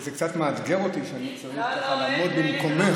זה קצת מאתגר אותי שאני צריך ככה לעמוד במקומך,